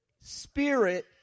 spirit